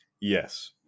Yes